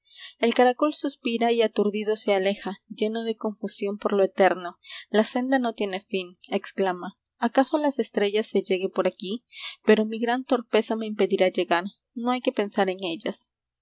el caracol suspira y aturdido se aleja lleno de confusión por lo eterno la senda no tiene fin exclama acaso a las estrellas s e llegue por aquí pero mi gran torpeza me impedirá llegar no hay que pensar en ellas